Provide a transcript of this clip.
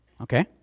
Okay